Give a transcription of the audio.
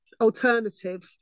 alternative